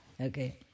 Okay